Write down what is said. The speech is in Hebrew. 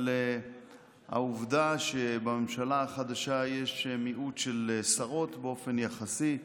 על העובדה שבממשלה החדשה יש מיעוט של שרות באופן יחסי,